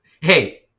Hey